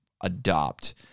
adopt